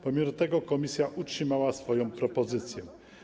Pomimo tego Komisja utrzymała swoją propozycję.